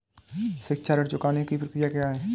शिक्षा ऋण चुकाने की प्रक्रिया क्या है?